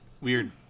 weird